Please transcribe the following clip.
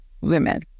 women